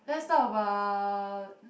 let's talk about